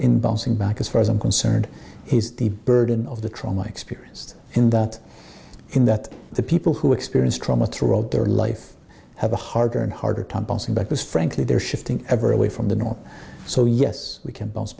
in bouncing back as far as i'm concerned is the burden of the trauma experienced in that in that the people who experience trauma throughout their life have a harder and harder time passing because frankly they're shifting ever away from the norm so yes we can bounce